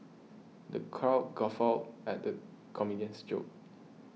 the crowd guffawed at the comedian's jokes